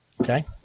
okay